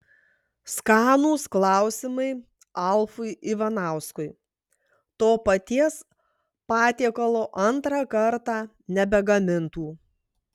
skanūs klausimai alfui ivanauskui to paties patiekalo antrą kartą nebegamintų